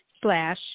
slash